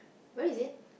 where is it